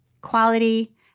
quality